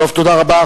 תודה רבה.